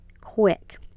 quick